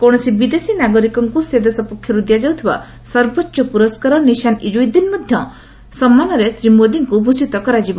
କୌଣସି ବିଦେଶୀ ନାଗରିକଙ୍କୁ ସେ ଦେଶ ପକ୍ଷରୁ ଦିଆଯାଉଥିବା ସର୍ବୋଚ୍ଚ ପୁରସ୍କାର ନିଶାନ୍ ଇଜୁଦିନ୍ ସମ୍ମାନରେ ମଧ୍ୟ ଶ୍ରୀ ମୋଦିଙ୍କୁ ଭୂଷିତ କରାଯିବ